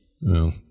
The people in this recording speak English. No